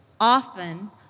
Often